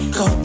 go